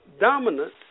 dominant